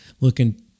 looking